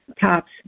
tops